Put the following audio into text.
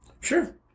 Sure